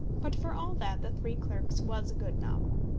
but for all that the three clerks was a good novel.